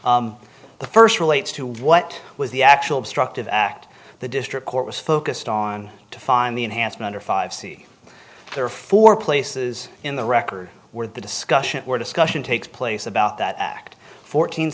the first relates to what was the actual obstructive act the district court was focused on to find the enhancement or five c there are four places in the record where the discussions were discussion takes place about that act fourteen